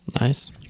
Nice